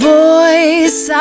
voice